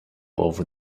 over